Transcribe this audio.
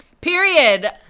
period